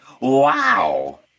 Wow